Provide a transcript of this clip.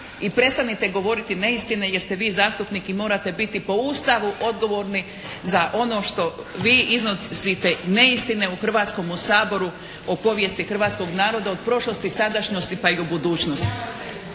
I prestanite govoriti neistine jer ste vi zastupnik i morate biti po Ustavu odgovorni za ono što vi iznosite neistine u Hrvatskome saboru o povijesti hrvatskog naroda od prošlosti, sadašnjosti pa i u budućnosti.